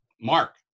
mark